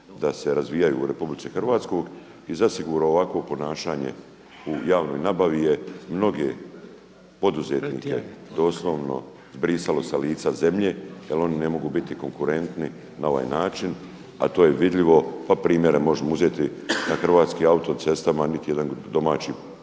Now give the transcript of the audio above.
da se razvijaju u RH i ovakvo ponašanje u javnoj nabavi je mnoge poduzetnike doslovno zbrisalo sa lica zemlje jel oni ne mogu biti konkurentni na ovaj način, a to je vidljivo. Pa primjere možemo uzeti na Hrvatskim autocestama niti jedan domaći izvođač